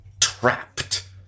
trapped